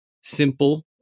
simple